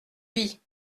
vie